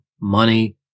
Money